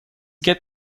get